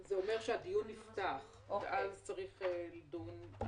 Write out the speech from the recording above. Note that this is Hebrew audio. זה אומר שהדיון נפתח, ואז צריך לדון.